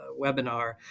webinar